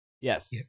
Yes